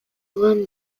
moduan